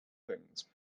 things